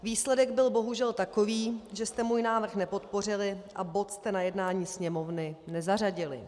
Výsledek byl bohužel takový, že jste můj návrh nepodpořili a bod jste na jednání Sněmovny nezařadili.